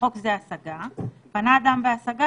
הבירור בהשגה,